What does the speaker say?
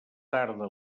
tarda